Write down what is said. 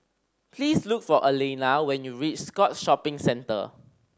please look for Alayna when you reach Scotts Shopping Centre